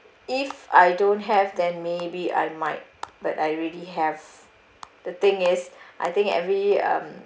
if I don't have then maybe I might but I already have the thing is I think every um